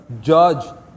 judge